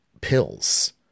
pills